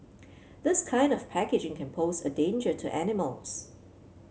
this kind of packaging can pose a danger to animals